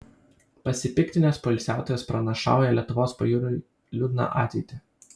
pasipiktinęs poilsiautojas pranašauja lietuvos pajūriui liūdną ateitį